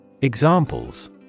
Examples